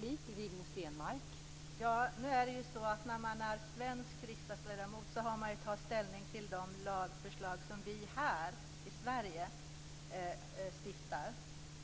Fru talman! När man är svensk riksdagsledamot har man att ta ställning till de lagförslag som läggs fram här i Sverige. Det